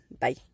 Bye